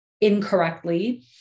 incorrectly